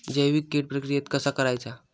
जैविक कीड प्रक्रियेक कसा करायचा?